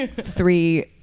three